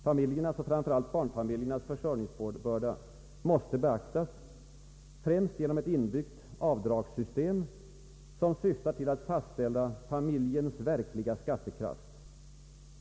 Familjernas och framför allt barnfamiljernas försörjningsbörda måste beaktas, främst genom ett inbyggt avdragssystem som syftar till att fastställa familjernas verkliga skattekraft.